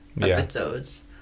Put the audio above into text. episodes